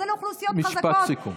זה לאוכלוסיות חזקות, משפט סיכום.